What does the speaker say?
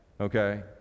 Okay